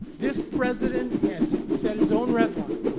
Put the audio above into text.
this president has set his own red line.